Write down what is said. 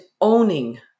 owning